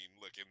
look